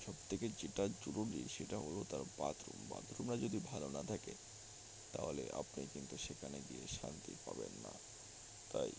সবথেকে যেটা জরুরি সেটা হলো তার বাথরুম বাথরুমরা যদি ভালো না থাকে তাহলে আপনি কিন্তু সেখানে গিয়ে শান্তি পাবেন না তাই